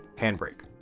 handbrake.